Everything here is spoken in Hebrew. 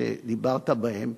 שדיברת בהם,